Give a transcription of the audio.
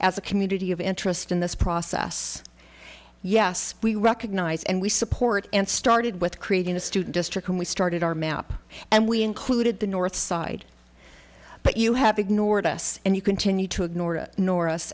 as a community of interest in this process yes we recognize and we support and started with creating a student district and we started our map and we included the north side but you have ignored us and you continue to ignore it nor us